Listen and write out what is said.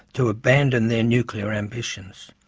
to abandon their nuclear ambitions?